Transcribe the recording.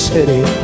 City